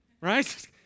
Right